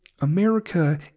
America